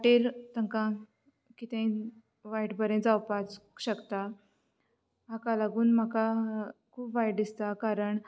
वाटेर ताका कितेंय वायट बरें जावपाक शकता हाका लागून म्हाका खूब वायट दिसता कारण